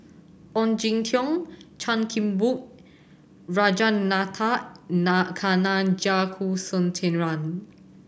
Ong Jin Teong Chan Kim Boon